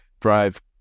drive